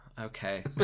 Okay